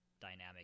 dynamic